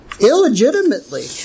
illegitimately